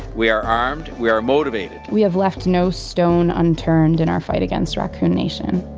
we are armed. we are motivated we have left no stone unturned in our fight against racoon nation